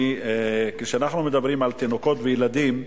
כשאנחנו מדברים על תינוקות וילדים,